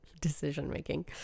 decision-making